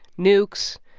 nukes,